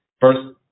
first